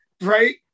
Right